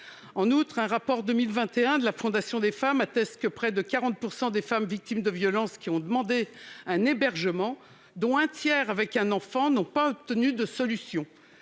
En outre, le rapport de 2021 de la Fondation des femmes atteste que près de 40 % des femmes victimes de violences qui ont demandé un hébergement d'urgence, dont un tiers ayant un enfant, n'ont pas obtenu de solution.